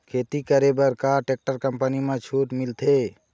खेती करे बर का टेक्टर कंपनी म छूट मिलथे?